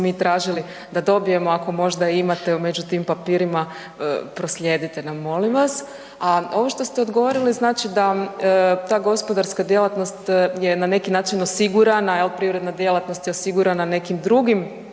mi tražili da dobijemo ako možda imate među tim papirima, proslijedite nam molim vas. A ovo što ste odgovorili znači ta gospodarska djelatnost je na neki način osigurana jel privredna djelatnost je osigurana nekim drugim